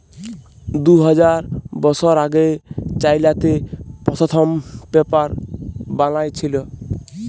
দু হাজার বসর আগে চাইলাতে পথ্থম পেপার বালাঁই ছিল